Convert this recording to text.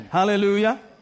hallelujah